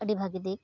ᱟᱹᱰᱤ ᱵᱷᱟᱜᱮ ᱫᱤᱠ